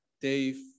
Dave